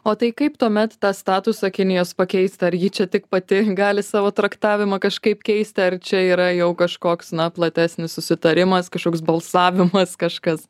o tai kaip tuomet tą statusą kinijos pakeist ar ji čia tik pati gali savo traktavimą kažkaip keisti ar čia yra jau kažkoks na platesnis susitarimas kažkoks balsavimas kažkas